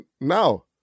now